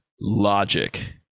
logic